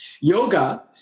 Yoga